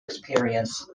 experience